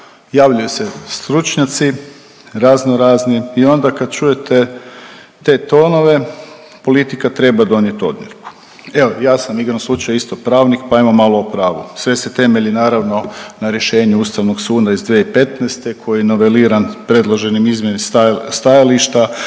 Javljaju se stručnjaci razno razni i onda kad čujete te tonove politika treba donijeti odluku. Evo ja sam igrom slučaja isto pravnik, pa hajmo malo o pravu. Sve se temelji naravno na rješenju Ustavnog suda iz 2015. koji je noveliran predloženim izmjenama stajališta,